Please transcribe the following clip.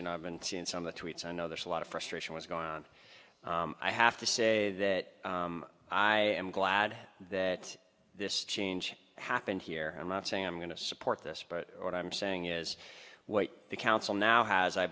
you know i've been seeing some of the tweets i know there's a lot of frustration was going on i have to say that i am glad that this change happened here i'm not saying i'm going to support this but what i'm saying is what the council now has i